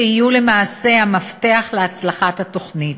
שיהיו למעשה המפתח להצלחת התוכנית.